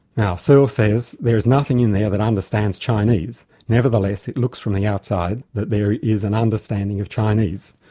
now searle so says there is nothing in there that understands chinese, nevertheless it looks from the outside that there is an understanding of chinese.